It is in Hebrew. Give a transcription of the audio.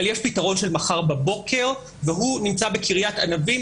אבל יש פתרון של מחר בבוקר שנמצא בקריית ענבים,